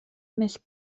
més